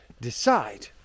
Decide